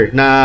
na